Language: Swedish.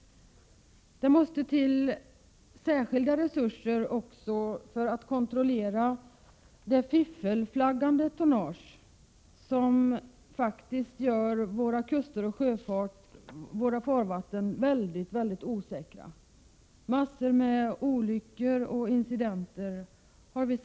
Det måste till särskilda resurser också för kontroll av det fiffelflaggande tonnage som gör våra kuster och farvatten mycket osäkra. Det har på nära håll förekommit mängder med olyckor och incidenter.